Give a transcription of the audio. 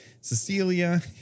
Cecilia